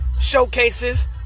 showcases